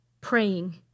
praying